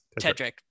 Tedrick